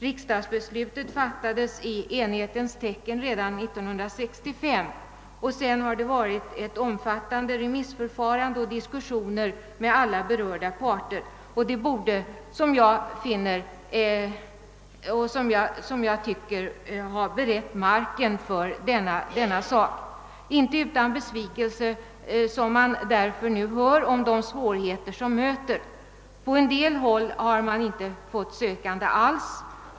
Riksdagsbeslutet fattades i enighetens tecken redan 1965, och sedan har det varit ett omfattande remissförfarande och diskussioner med alla berörda parter, och det borde enligt min mening ha berett marken för denna sak. Det är därför inte utan besvikelse som man nu får vetskap om de svårigheter som möter. På en del håll har man inte fått några sökande alls.